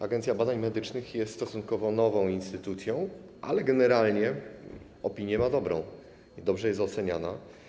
Agencja Badań Medycznych jest stosunkowo nową instytucją, ale generalnie opinię ma dobrą, dobrze jest oceniana.